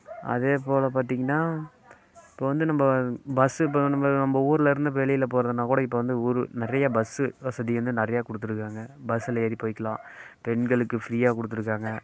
அதேப்போல் பார்த்தீங்கன்னா இப்போது வந்து நம்ம பஸ்ஸு இப்போ நம்ம நம்ம ஊரில் இருந்து வெளியில் போகிறதுன்னா கூட இப்போ வந்து ஒரு நிறைய பஸ்ஸு வசதி வந்து நிறைய கொடுத்துருக்காங்க பஸ்ஸில் ஏறி போய்க்கலாம் பெண்களுக்கு ஃப்ரீயாக கொடுத்துருக்காங்க